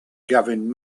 gavin